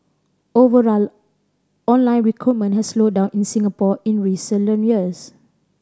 overall online recruitment has slowed down in Singapore in recent years